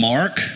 Mark